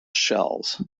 shells